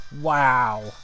Wow